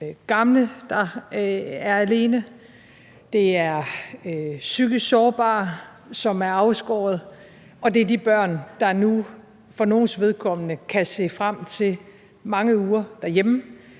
gamle, der er alene, det er de psykisk sårbare, som er isolerede, og det er de børn, der nu for nogles vedkommende kan se frem til mange uger derhjemme.